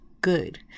good